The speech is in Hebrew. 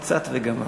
נכון?